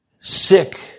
sick